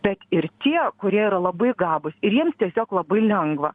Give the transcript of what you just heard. bet ir tie kurie yra labai gabūs ir jiems tiesiog labai lengva